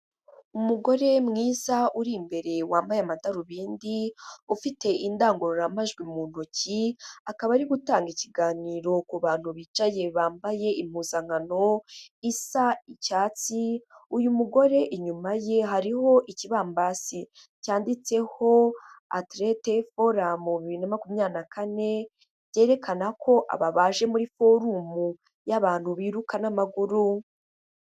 Umugore mwiza uri imbere wambaye amadarubindi ufite indangururamajwi mu ntoki, akaba ari gutanga ikiganiro ku bantu bicaye bambaye impuzankano isa icyatsi, uyu mugore inyuma ye hariho ikibambasi cyanditseho aterete foramu bibiri na makumyabiri na kane byerekana ko aba baje muri forumu y'abantu biruka n'amaguru.